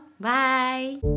Bye